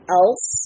else